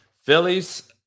Phillies